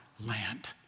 land